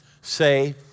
say